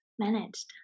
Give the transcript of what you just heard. managed